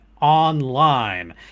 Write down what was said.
Online